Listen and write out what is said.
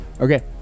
Okay